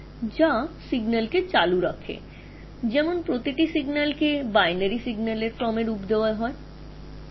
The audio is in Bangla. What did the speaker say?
অর্থাৎ প্রতিটি সংকেত বাইনারি সংকেত আকারে উপস্থাপন করা যেতে পারে